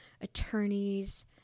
attorneys